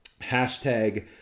hashtag